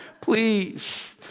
Please